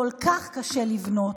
כל כך קשה לבנות.